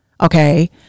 okay